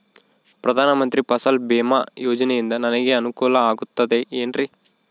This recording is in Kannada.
ಪ್ರಧಾನ ಮಂತ್ರಿ ಫಸಲ್ ಭೇಮಾ ಯೋಜನೆಯಿಂದ ನನಗೆ ಅನುಕೂಲ ಆಗುತ್ತದೆ ಎನ್ರಿ?